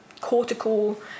cortical